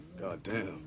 Goddamn